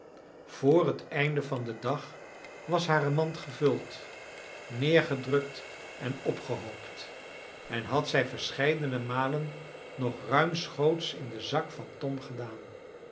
vr het einde van den dag was hare mand gevuld neergedrukt en opgehoopt en had zij verscheidene malen nog ruimschoots in den zak van tom gedaan